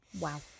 Wow